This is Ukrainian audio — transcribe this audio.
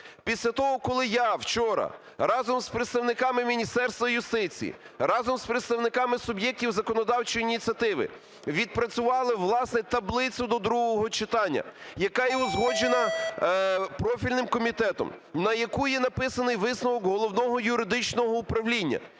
після того, коли я вчора разом з представниками Міністерства юстиції, разом з представниками суб'єктів законодавчої ініціативи відпрацювали, власне, таблицю до другого читання, яка є узгоджена профільним комітетом, на яку є написаний висновок Головного юридичного управління,